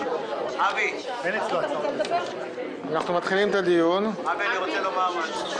אבי, אני רוצה לומר משהו.